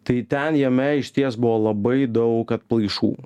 tai ten jame išties buvo labai daug atplaišų